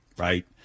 right